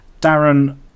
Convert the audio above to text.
Darren